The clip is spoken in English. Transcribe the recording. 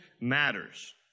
matters